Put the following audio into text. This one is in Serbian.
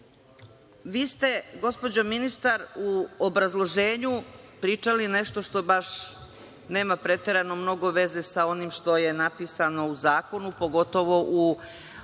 ste, gospođo ministar, u obrazloženju pričali nešto što baš nema preterano mnogo veze sa onim što je napisano u zakonu, pogotovo u analizi